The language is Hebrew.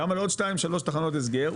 גם על עוד שתיים שלוש תחנות הסגר,